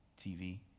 TV